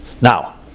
Now